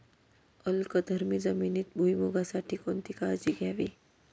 अल्कधर्मी जमिनीत भुईमूगासाठी कोणती काळजी घ्यावी?